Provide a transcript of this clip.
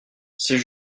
c’est